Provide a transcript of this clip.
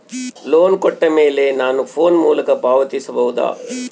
Loan ಕೊಟ್ಟ ಮೇಲೆ ನಾನು ಫೋನ್ ಮೂಲಕ ಪಾವತಿಸಬಹುದಾ?